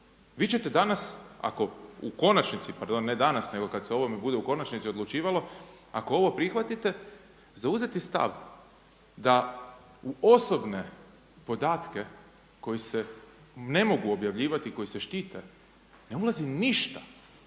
Vi ćete danas ako u konačnici, pardon ne danas, nego kad se bude u konačnici odlučivalo, ako ovo prihvatite, zauzeti stav da u osobne podatke koji se ne mogu objavljivati, koji se štite, ne ulazi ništa,